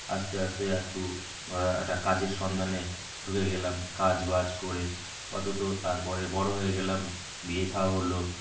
আস্তে আস্তে একটু একটা কাজের সন্ধানে ঢুকে গেলাম কাজ বাজ করে অত তো তারপরে বড় হয়ে গেলাম বিয়ে থাও হল